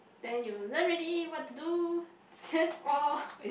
than you learn already what to do just all